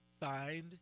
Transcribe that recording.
find